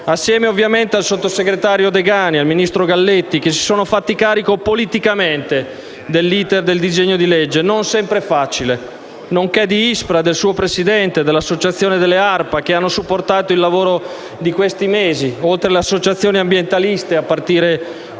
assieme ovviamente al sottosegretario Degani e al ministro Galletti, che si sono fatti carico politicamente dell'*iter* del disegno di legge, non sempre facile, nonché ad ISPRA, al suo presidente e all'Associazione delle ARPA, che hanno supportato il lavoro di questi mesi, oltre alle associazioni ambientaliste, a partire